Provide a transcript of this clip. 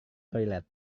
toilet